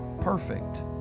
perfect